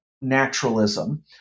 naturalism